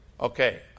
Okay